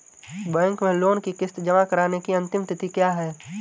Bank में loan की किश्त जमा कराने की अंतिम तिथि क्या है?